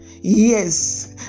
yes